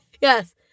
Yes